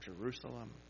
Jerusalem